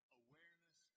awareness